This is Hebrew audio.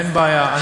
אין בעיה,